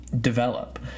develop